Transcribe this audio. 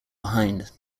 behind